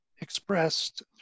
expressed